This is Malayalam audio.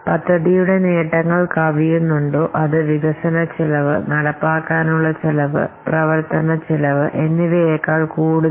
ഇതിനുപുറമെ പ്രോജക്ടിന്റെ ആനുകൂല്യങ്ങൾ അത് കവിയുന്നു അത് വികസന ചിലവുകളും നടത്തിപ്പ് ചിലവുകളും കൂടാതെ പ്രവർത്തന ചിലവുകളും കടത്തിവെട്ടുന്നു എന്നും കാണിക്കുന്നു